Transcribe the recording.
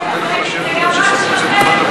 רק שלכם?